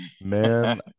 man